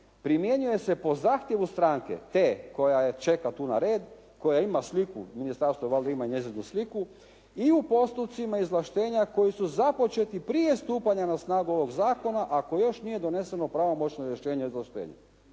primjenjuje se po zahtjevu stranku, te koja je čeka tu na red, koja ima sliku ministarstva, valjda ima njezinu sliku i u postupcima izvlaštenja koji su započeti prije stupanja na snagu ovog zakona, ako još nije donešeno pravomoćno rješenje o izvlaštenju.